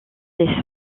les